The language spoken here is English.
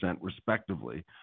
respectively